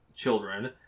children